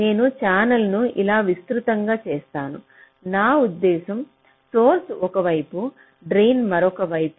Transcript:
నేను ఛానెల్ను ఇలా విస్తృతంగా చేస్తాను నా ఉద్దేశ్యం సోర్స్ ఒక వైపు డ్రెన్ మరొక వైపు